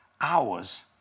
hours